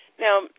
Now